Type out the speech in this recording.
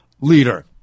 leader